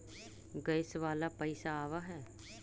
Gas वाला पैसा आव है?